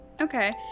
Okay